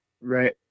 right